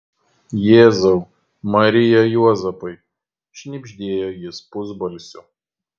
jėzau marija juozapai šnibždėjo jis pusbalsiu